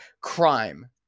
crime